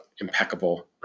impeccable